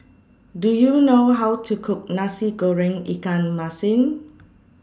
Do YOU know How to Cook Nasi Goreng Ikan Masin